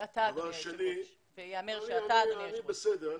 דבר שני, זה לא כל